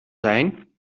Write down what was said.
zijn